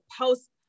post